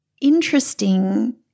interesting